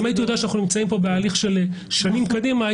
אם הייתי יודע שאנחנו נמצאים כאן בהליך של שנים קדימה,